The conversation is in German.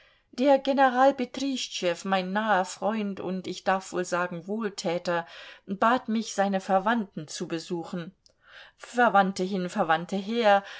der general betrischtschew mein naher freund und ich darf wohl sagen wohltäter bat mich seine verwandten zu besuchen verwandte hin verwandte her